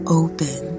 open